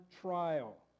trial